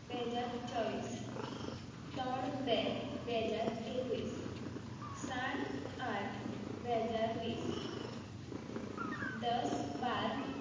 ગુજરાત એક એવું રાજ્ય છે જેમાં જેમાં ચિત્રકળા શિલ્પકળા કાપડ માટીકામ જેવી વિવિધ કળાઓ હસ્તકળાઓ ખૂબ જ વિકસિત છે